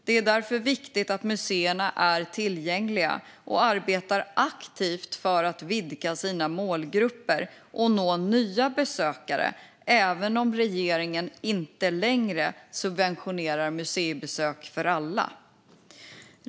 Det är därför viktigt att museerna är tillgängliga och arbetar aktivt för att vidga sina målgrupper och nå nya besökare även om regeringen inte längre subventionerar museibesök för alla.